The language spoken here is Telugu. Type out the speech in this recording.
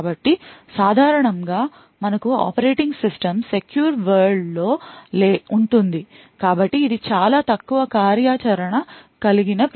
కాబట్టి సాధారణం గా మనకు ఆపరేటింగ్ సిస్టమ్ secure వరల్డ్ లో ఉంటుంది కాబట్టి ఇది చాలా తక్కువ కార్యాచరణ కలిగిన ప్రత్యేక ఆపరేటింగ్ సిస్టమ్స్